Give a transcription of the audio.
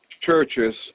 churches